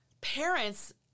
parents